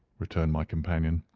returned my companion.